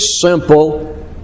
simple